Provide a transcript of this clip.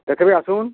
କେତେ ବି ଆସୁନ୍